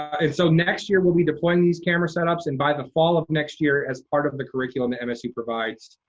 and so next year, we'll be deploying these camera setups, and by the fall of next year as part of the curriculum that msu provides,